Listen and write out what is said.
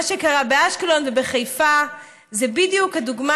מה שקרה באשקלון ובחיפה זה בדיוק הדוגמה